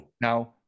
now